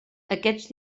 aquests